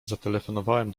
zatelefonowałem